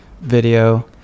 video